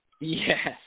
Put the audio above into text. Yes